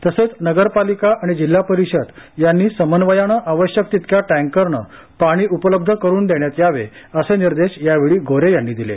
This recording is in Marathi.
तसेच नगरपालिका आणि जिल्हा परिषद यांनी समन्वयाने आवश्यक तितक्या टँकरने पाणी उपलब्ध करून देण्यात यावे असे निर्देश यावेळी गोऱ्हे यांनी दिले